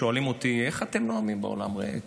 ששואלים אותי: איך אתם נואמים באולם ריק?